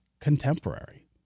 contemporary